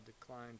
declined